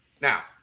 Now